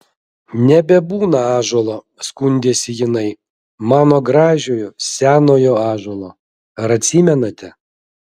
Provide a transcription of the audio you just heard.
nebebūna ąžuolo skundėsi jinai mano gražiojo senojo ąžuolo ar atsimenate